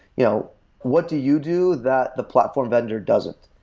you know what do you do that the platform vendor doesn't?